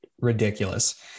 ridiculous